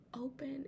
open